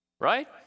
right